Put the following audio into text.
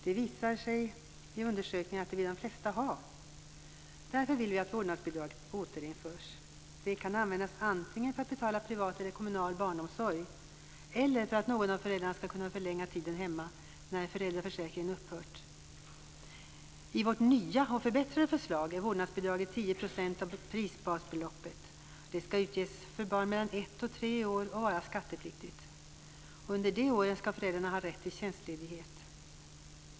Det visar sig vid undersökningar att det vill de flesta ha. Därför vill vi att vårdnadsbidraget återinförs. Det kan användas antingen för att betala privat eller kommunal barnomsorg eller för att någon av föräldrarna ska kunna förlänga tiden hemma när föräldraförsäkringen upphört. I vårt nya och förbättrade förslag är vårdnadsbidraget 10 % av prisbasbeloppet. Det ska utges för barn mellan ett och tre år och vara skattepliktigt. Under det året ska föräldrarna ha rätt till tjänstledighet.